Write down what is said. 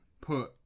put